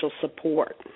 support